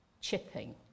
chipping